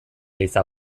eliza